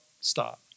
stop